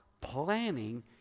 Planning